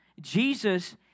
Jesus